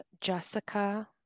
Jessica